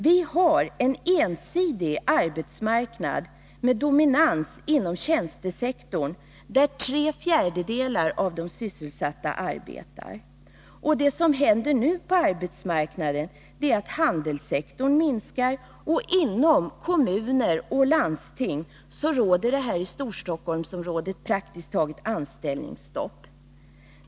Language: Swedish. Vi har en ensidig arbetsmarknad med dominans inom tjänstesektorn, där tre fjärdedelar av de sysselsatta arbetar. Det som nu händer på arbetsmarknaden är att handelssektorn minskar, och inom kommuner och landsting råder här i Storstockholmsområdet praktiskt taget anställningsstopp.